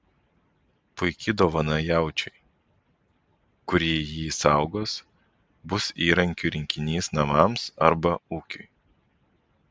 puiki dovana jaučiui kuri jį saugos bus įrankių rinkinys namams arba ūkiui